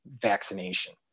vaccination